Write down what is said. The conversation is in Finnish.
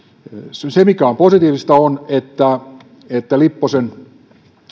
se se mikä on positiivista on että että lipposen